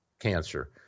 cancer